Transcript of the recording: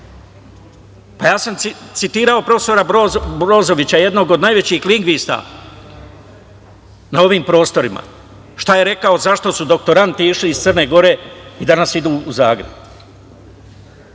Ja sam citirao profesora Brozovića, jednog od najvećih lingvista na ovim prostorima, šta je rekao, zašto su doktoranti išli iz Crne Gore i danas idu u Zagreb,